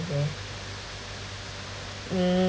here mm